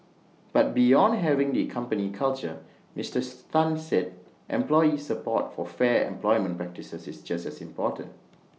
but beyond having the company culture Mister Tan said employee support for fair employment practices is just as important